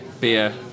beer